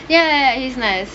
ya he's nice